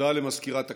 הודעה למזכירת הכנסת.